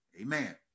amen